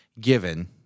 given